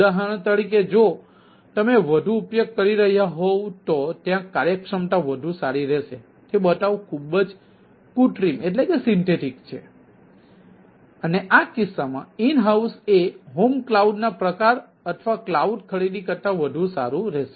ઉદાહરણ તરીકે જો તમે વધુ ઉપયોગ કરી રહ્યા હોવ તો ત્યાં કાર્યક્ષમતા વધુ સારી રહેશે તે બતાવવું ખૂબ જ કૃત્રિમ છે અને આ કિસ્સામાં ઈન હાઉસ એ હોમ ક્લાઉડ ના પ્રકાર અથવા ક્લાઉડ ખરીદી કરતા વધુ સારી રહેશે